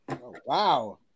Wow